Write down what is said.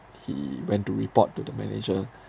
he went to report to the manager